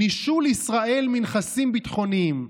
נישול ישראל מנכסים ביטחוניים,